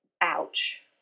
ouch